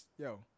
yo